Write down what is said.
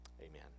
amen